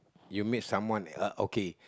you meet someone uh okay